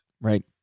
Right